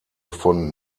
von